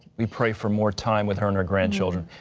we pray for more time with her and her grandchildren.